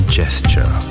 gesture